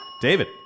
David